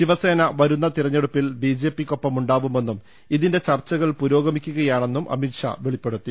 ശിവ സേന വരുന്ന തെരഞ്ഞെടുപ്പിൽ B J P ക്കൊപ്പമുണ്ടാകു മെന്നും ഇതിന്റെ ചർച്ചകൾ പുരോഗമിക്കുകയാണെന്നും അമിത്ഷാ വെളിപ്പെടുത്തി